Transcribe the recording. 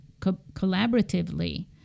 collaboratively